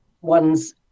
Ones